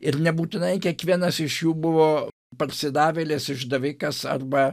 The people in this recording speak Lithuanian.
ir nebūtinai kiekvienas iš jų buvo parsidavėlis išdavikas arba